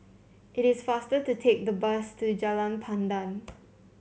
it is faster to take the bus to Jalan Pandan